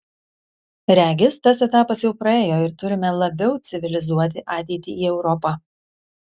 regis tas etapas jau praėjo ir turime labiau civilizuoti ateiti į europą